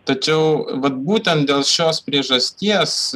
tačiau vat būtent dėl šios priežasties